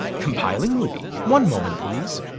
compiling movie. one moment please.